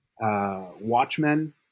Watchmen